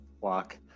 walk